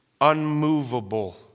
unmovable